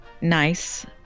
nice